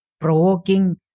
provoking